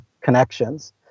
connections